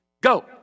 go